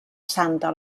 santa